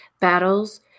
battles